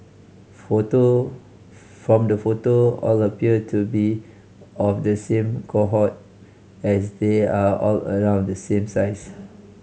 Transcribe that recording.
photo from the photo all appear to be of the same cohort as they are all around the same size